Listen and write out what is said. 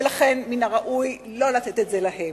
ולכן מן הראוי לא לתת את זה להם.